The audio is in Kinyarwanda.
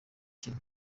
kiwe